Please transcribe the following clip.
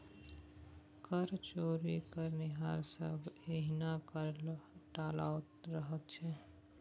कर चोरी करनिहार सभ एहिना कर टालैत रहैत छै